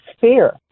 fear